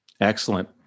Excellent